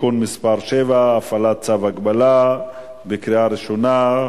(תיקון מס' 7) (הפעלת צו הגבלה), קריאה ראשונה.